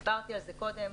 דיברתי על זה קודם.